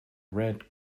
red